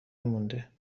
مونده